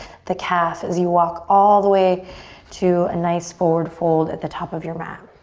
the calf as you walk all the way to a nice forward fold at the top of your mat.